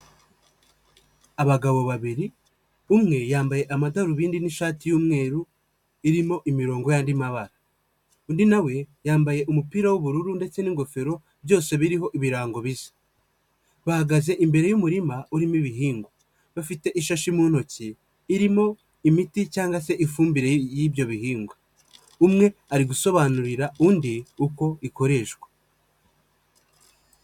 Abagabo babiri umwe yambaye amadarubindi n'ishati y'umweru irimo imirongo y'andi mabara, undi na we yambaye umupira w'ubururu ndetse n'ingofero byose biriho ibirango bisa, bahagaze imbere y'umurima urimo ibihingwa bafite ishashi mu ntoki irimo imiti cyangwa se ifumbire y'ibyo bihingwa, umwe ari gusobanurira undi uko ikoreshwa.